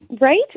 Right